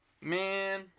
Man